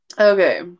okay